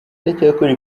iracyakora